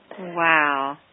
Wow